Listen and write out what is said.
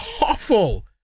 awful